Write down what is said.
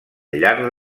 llarg